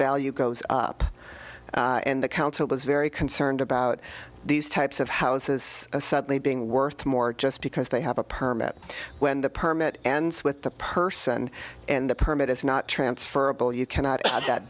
value goes up and the council is very concerned about these types of houses suddenly being worth more just because they have a permit when the permit ends with the person and the permit is not transferable you cannot t